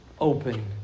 open